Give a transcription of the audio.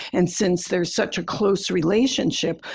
and since there's such a close relationship,